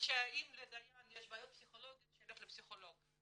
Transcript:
אם לדיין יש בעיות פסיכולוגיות, שילך לפסיכולוג.